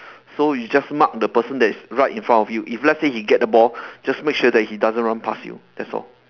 so you just mark the person that is right in front of you if let's say he get the ball just make sure that he doesn't run pass you that's all